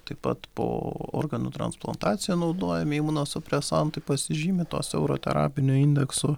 taip pat po organų transplantacija naudojami imunosupresantai pasižymi to siauro terapinio indeksu